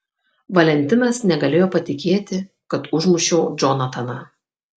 valentinas negalėjo patikėti kad užmušiau džonataną